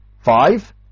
five